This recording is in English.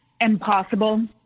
impossible